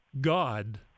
God